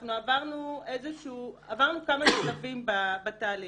אנחנו עברנו כמה שלבים בתהליך.